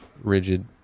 rigid